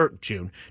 June